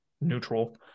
neutral